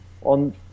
on